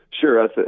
Sure